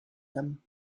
them